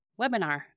webinar